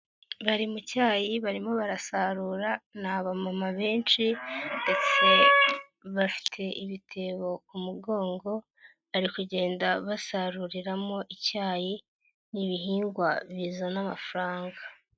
Bari mu cyayi barimo barasarura ni abamama benshi ndetse bafite ibitebo ku mugongo bari kugenda basaruriramo icyayi, ni ibihingwa bizana amafaranga.